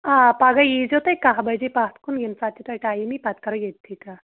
آ پَگاہ ییٖزیٚو تُہۍ کاہ بَجے پَتھ کُن ییٚمہِ ساتہٕ تہِ تۄہہِ ٹایِم یِیہِ پَتہٕ کَرو ییٚتھٕے کَتھ